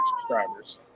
subscribers